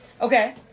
Okay